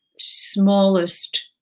smallest